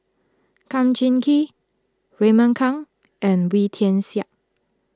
Kum Chee Kin Raymond Kang and Wee Tian Siak